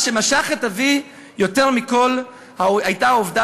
מה שמשך את אבי יותר מכול היה העובדה